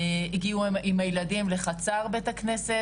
הגיעו עם הילדים לחצר בית הכנסת,